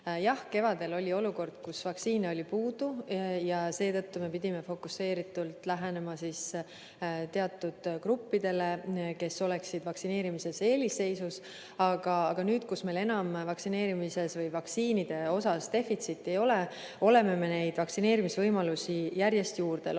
kevadel oli olukord, kus vaktsiini oli puudu ja seetõttu me pidime fokuseeritult lähenema teatud gruppidele, et nad oleksid vaktsineerimisel eelisseisus. Aga nüüd, kui meil enam vaktsiinide defitsiiti ei ole, oleme vaktsineerimisvõimalusi järjest juurde loonud.